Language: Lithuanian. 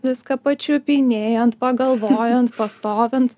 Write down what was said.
viską pačiupinėjant pagalvojant pastovint